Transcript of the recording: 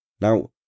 Now